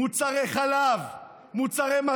מוצרי חלב,